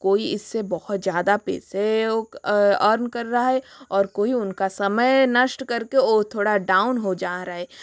कोई इससे बहुत ज़्यादा पैसे अर्न कर रहा है और कोई उनका समय नष्ट करके वो थोड़ा डाउन हो जा रहा है